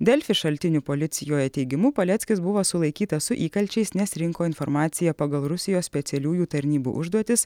delfi šaltinių policijoje teigimu paleckis buvo sulaikytas su įkalčiais nes rinko informaciją pagal rusijos specialiųjų tarnybų užduotis